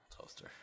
toaster